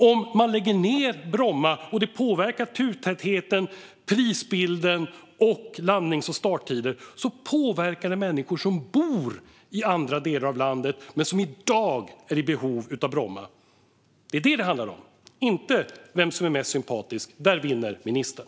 Om man lägger ned Bromma och det påverkar turtätheten, prisbilden och landnings och starttider påverkar det människor som bor i andra delar av landet men som i dag är i behov av Bromma. Det är det det handlar om, inte vem som är mest sympatisk. Där vinner ministern.